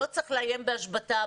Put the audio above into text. לא צריך לאיים בהשבתה.